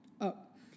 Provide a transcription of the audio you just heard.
up